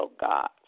God